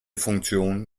funktion